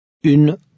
Une